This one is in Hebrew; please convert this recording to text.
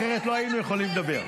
אחרת לא היינו יכולים לדבר.